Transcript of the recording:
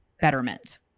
betterment